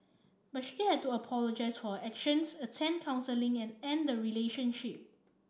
but she had to apologise for actions attend counselling and end the relationship